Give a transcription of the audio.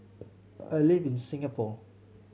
I live in Singapore